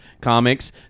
comics